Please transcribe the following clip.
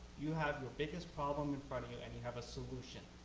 you have your biggest problem in front of you and you have a solution.